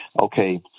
okay